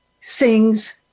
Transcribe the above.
sings